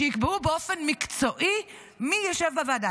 שיקבעו באופן מקצועי מי ישב בוועדה,